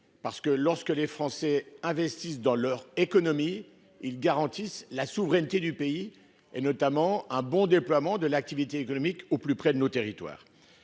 : lorsque les Français investissent dans leur économie, ils garantissent la souveraineté du pays, notamment un bon déploiement de l'activité économique, au plus près de nos territoires.